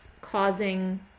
causing